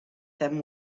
them